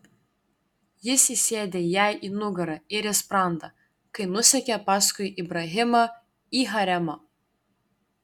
jis įsiėdė jai į nugarą ir į sprandą kai nusekė paskui ibrahimą į haremą